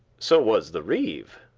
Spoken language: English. so was the reeve,